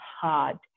hard